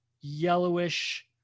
yellowish